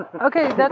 okay